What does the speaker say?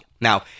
Now